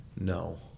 No